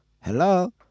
Hello